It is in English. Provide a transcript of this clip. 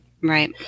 right